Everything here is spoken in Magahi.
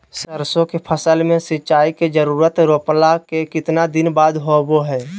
सरसों के फसल में सिंचाई के जरूरत रोपला के कितना दिन बाद होबो हय?